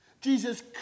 Jesus